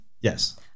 Yes